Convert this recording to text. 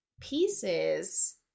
pieces